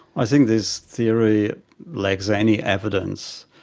i think this theory lacks any evidence.